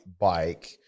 bike